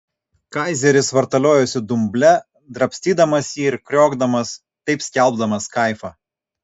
kaizeris vartaliojosi dumble drabstydamas jį ir kriokdamas taip skelbdamas kaifą